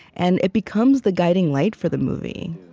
and it becomes the guiding light for the movie.